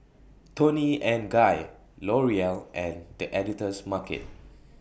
Toni and Guy L'Oreal and The Editor's Market